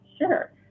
Sure